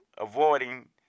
avoiding